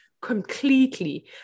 completely